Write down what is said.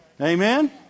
Amen